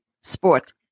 sport